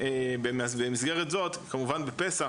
במסגרת זאת כמובן בפסח,